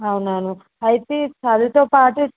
అవునవును అయితే చదువుతో పాటు